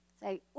Say